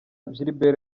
gilbert